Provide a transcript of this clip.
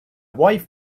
wife